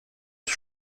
des